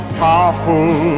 powerful